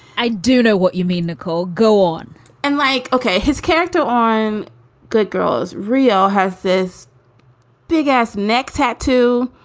i do know what you mean, nicole. go on and like, ok, his character on good girls real has this big ass neck tattoo.